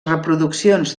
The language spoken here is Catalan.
reproduccions